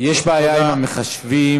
יש בעיה עם המחשבים.